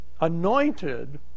anointed